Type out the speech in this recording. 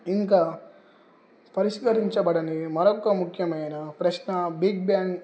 ఇంకా పరిష్కరించబడని మరొక ముఖ్యమైన ప్రశ్న బిగ్ బ్యాంగ్